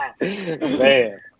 man